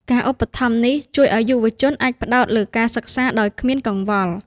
ការឧបត្ថម្ភនេះ ជួយឱ្យយុវជនអាចផ្តោតលើការសិក្សាដោយគ្មានកង្វល់។